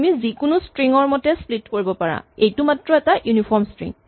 তুমি যিকোনো স্ট্ৰিং ৰ মতে স্প্লিট কৰিব পাৰা এইটো মাত্ৰ এটা ইউনিফৰ্ম স্ট্ৰিং